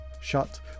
shut